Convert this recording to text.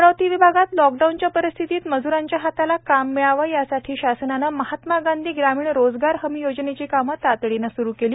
अमरावती विभागात लोकडाऊनच्या परिस्थितीत मज्रांच्या हाताला काम मिळावे यासाठी शासनाने महात्मा गांधी ग्रामीण रोजगार हमी योजनेची कामे तातडीने सुरू केली